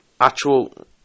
actual